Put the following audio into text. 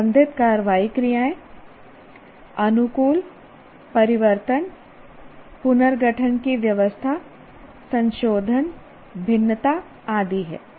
संबंधित कार्रवाई क्रियाएं अनुकूलन परिवर्तन पुनर्गठन की व्यवस्था संशोधन भिन्नता आदि हैं